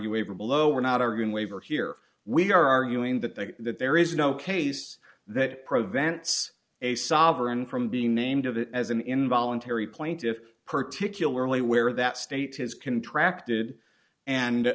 waiver below we're not arguing waiver here we are arguing that they that there is no case that prevents a sovereign from being named of it as an involuntary plaintiff particularly where that state his contract did